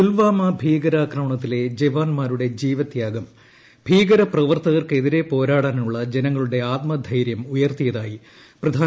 പുൽവാമ ഭീകരാക്രമണത്തിലെ ജവാന്മാരുടെ ജീവത്യാഗം ഭീകരപ്രവർത്തകർക്കെതിരെ പോരാടാനുള്ള ജനങ്ങളുടെ ആത്മധൈരൃം ഉയർത്തിയതായി പ്രധാനമന്ത്രി ന്റരേന്ദ്രമോദി